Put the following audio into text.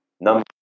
number